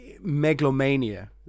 megalomania